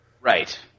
Right